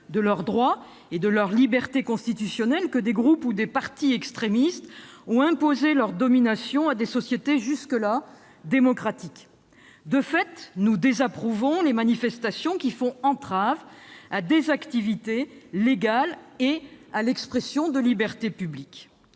de leurs droits et de leurs libertés constitutionnelles que des groupes ou des partis extrémistes ont imposé leur domination à des sociétés jusque-là démocratiques. De fait, nous désapprouvons les manifestations qui font entrave à des activités légales et à l'expression de libertés publiques.